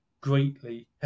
greatly